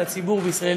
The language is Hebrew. על הציבור בישראל,